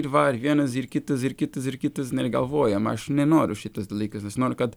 ir va vienas ir kitas ir kitas ir kitas ir na galvojama aš nenoriu šitas laikas aš noriu kad